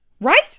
right